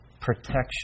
protection